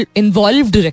involved